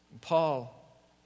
Paul